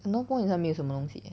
north point 好像没有什么东西 eh